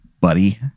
buddy